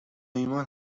ایمان